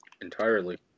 entirely